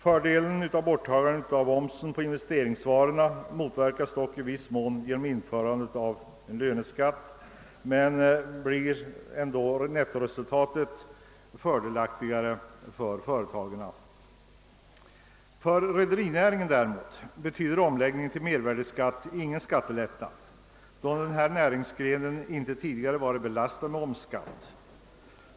Fördelen av borttagandet av omsättningsskatten på investeringsvarorna motverkas dock i viss mån genom införandet av en löneskatt, men nettoresultatet bör ändå bli fördelaktigare för företagen än nuvarande system. För rederinäringen däremot betyder omläggningen till mervärdeskatt ingen skattelättnad, då denna näringsgren inte tidigare varit belastad med omsättningsskatt.